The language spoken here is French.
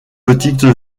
petite